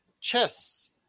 chess